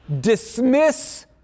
dismiss